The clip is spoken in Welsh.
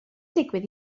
digwydd